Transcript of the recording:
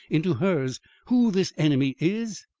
into hers who this enemy is?